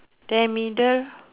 then middle